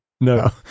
No